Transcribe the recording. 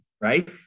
right